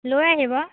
লৈ আহিব